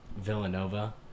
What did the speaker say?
Villanova